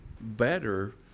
better